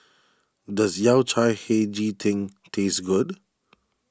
does Yao Cai Hei Ji Tang taste good